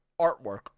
artwork